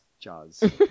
jaws